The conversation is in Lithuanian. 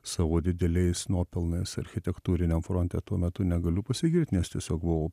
savo dideliais nuopelnais architektūriniam fronte tuo metu negaliu pasigirt nes tiesiog buvau